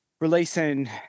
releasing